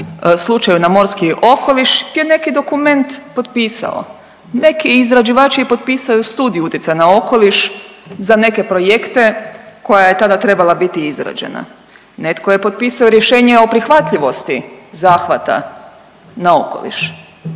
slučaju na morski okoliš, je neki dokument potpisao, neki izrađivač je potpisao i Studiju utjecaja na okoliš za neke projekte koja je tada trebala biti izrađena, neko je potpisao i rješenje o prihvatljivosti zahvata na okoliš,